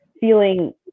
feeling